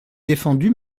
défendu